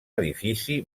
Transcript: edifici